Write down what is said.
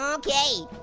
um okay.